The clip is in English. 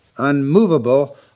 unmovable